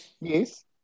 Yes